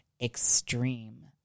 extreme